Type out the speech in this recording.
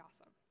awesome